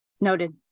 Noted